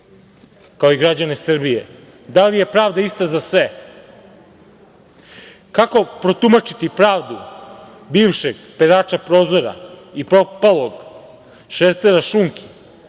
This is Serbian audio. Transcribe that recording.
kao i građane Srbije – da li je pravda ista za sve? Kako protumačiti pravdu bivšeg perača prozora i propalog švercera šunki,